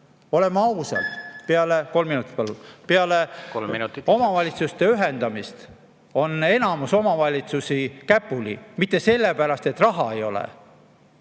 lisaks. Peale omavalitsuste ühendamist on enamus omavalitsusi käpuli. Mitte sellepärast, et raha ei ole,